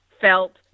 felt